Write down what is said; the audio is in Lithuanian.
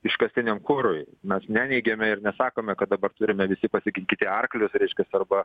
iškastiniam kurui mes neneigiame ir nesakome kad dabar turime visi pasikinkyti arklius reiškias arba